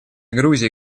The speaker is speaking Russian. грузии